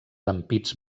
ampits